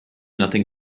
nothing